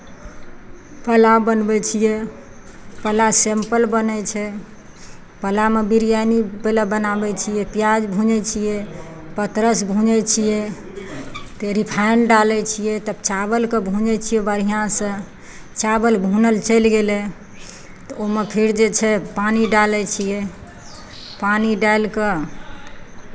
पुलाव बनबै छियै पुलाव सिंपल बनै छै पुलावमे बिरयानी पहिले बनाबै छियै पियाज भूँजै छियै पतरस भूँजै छियै फेर रिफाइन्ड डालै छियै तब चावलकेँ भूँजै छियै बढ़िआँसँ चावल भूनल चलि गेलै तऽ ओहिमे फेर जे छै पानि डालै छियै पानि डालि कऽ